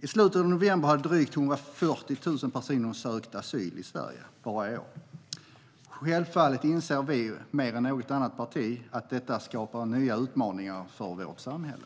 I slutet av november hade drygt 140 000 personer sökt asyl i Sverige, bara i år. Självfallet inser vi mer än något annat parti att detta skapar nya utmaningar för vårt samhälle.